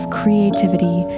creativity